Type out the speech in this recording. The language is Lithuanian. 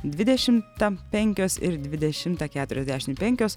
dvidešimtą penkios ir dvidešimtą keturiasdešim penkios